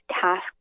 task